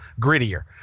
grittier